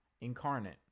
incarnate